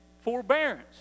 forbearance